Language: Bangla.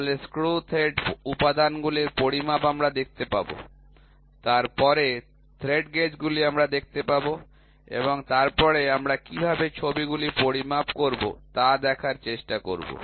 তারপরে স্ক্রু থ্রেড উপাদানগুলির পরিমাপ আমরা দেখতে পাব তারপরে থ্রেড গেজগুলি আমরা দেখতে পাব এবং তারপরে আমরা কীভাবে ছবিগুলি পরিমাপ করব তা দেখার চেষ্টা করব